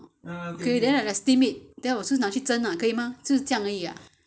okay then I gotta steam it then 我只是拿去蒸 ah 可以吗只是这样而已 ah